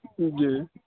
जी